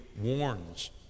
warns